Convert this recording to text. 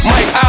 Mike